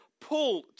Pull